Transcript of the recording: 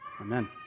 amen